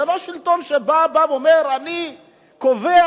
זה לא שלטון שבא ואומר: אני קובע,